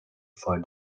for